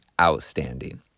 outstanding